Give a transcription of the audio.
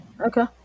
Okay